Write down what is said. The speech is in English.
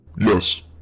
Yes